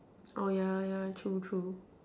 oh yeah yeah true true